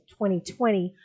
2020